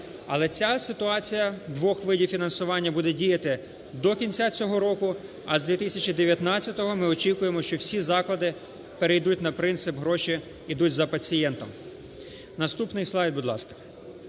Але ця ситуація двох видів фінансування буде діяти до кінця цього року, а з 2019-го ми очікуємо, що всі заклади перейдуть на принцип "гроші ідуть за пацієнтом". Наступний слайд, будь ласка.